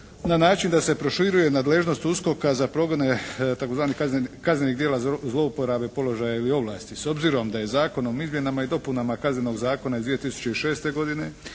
na način da se proširuje nadležnost USKOK-a za progone tzv. kaznenih djela zlouporabe položaja ili ovlasti. S obzirom da je Zakon o izmjenama i dopunama Kaznenog zakona iz 2006. godine